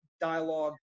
dialogue